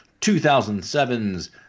2007's